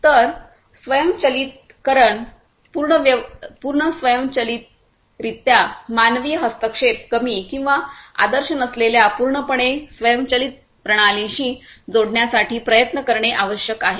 तर स्वयंचलितकरण पूर्ण स्वयंचलितरित्या मानवीय हस्तक्षेप कमी किंवा आदर्श नसलेल्या पूर्णपणे स्वयंचलित प्रणालींशी जोडण्यासाठी प्रयत्न करणे आवश्यक आहे